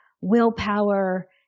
willpower